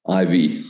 IV